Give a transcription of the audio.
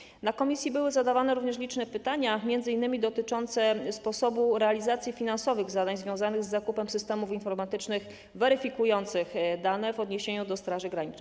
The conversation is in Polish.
Na posiedzeniu komisji były zadawane również liczne pytania, m.in. dotyczące sposobu realizacji finansowych zadań związanych z zakupem systemów informatycznych weryfikujących dane w odniesieniu do Straży Granicznej.